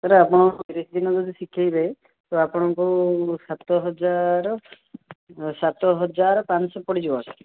sir ଆପଣ ତିରିଶ ଦିନ ଯଦି ଶିଖାଇବେ ତ ଆପଣଙ୍କୁ ସାତହଜାର ସାତହଜାର ପାଞ୍ଚଶହ ପଡ଼ିଯିବ